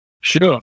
Sure